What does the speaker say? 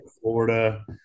florida